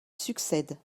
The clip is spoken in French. succède